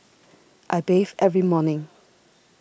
I bathe every morning